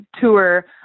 tour